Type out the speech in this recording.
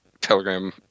Telegram